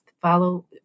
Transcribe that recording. follow